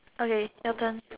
okay your turn